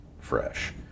fresh